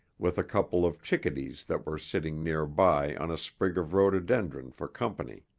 with a couple of chickadees that were sitting nearby on a sprig of rhododendron for company.